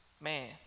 man